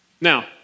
Now